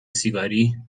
سیگاری